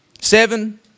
seven